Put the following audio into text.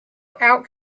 out